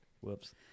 Whoops